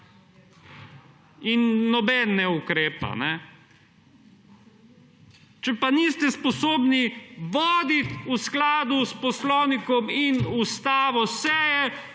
in nobeden ne ukrepa. Če pa seje niste sposobni voditi v skladu s poslovnikom in Ustavo,